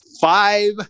five